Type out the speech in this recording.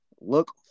look